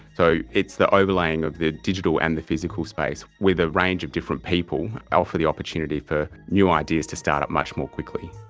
so it's the overlaying of the digital and the physical space with a range of different people offer the opportunity for new ideas to start up much more quickly.